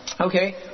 Okay